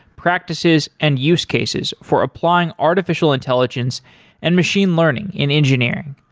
practices and use cases for applying artificial intelligence and machine learning in engineering.